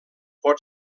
pot